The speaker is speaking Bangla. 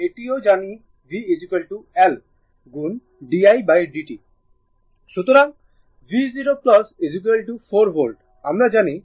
সুতরাং v0 4 ভোল্ট আমরা জানি